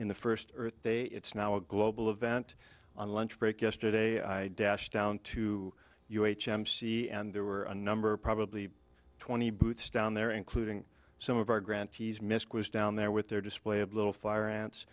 in the first earth day it's now a global event on lunch break yesterday i dashed down to you h m c and there were a number of probably twenty booths down there including some of our grantees misc was down there with their display of little fire ants